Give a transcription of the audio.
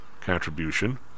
contribution